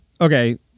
okay